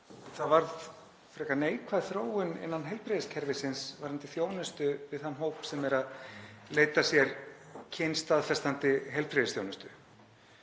varð frekar neikvæð þróun innan heilbrigðiskerfisins varðandi þjónustu við þann hóp sem leitar sér kynstaðfestandi heilbrigðisþjónustu.